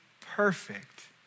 perfect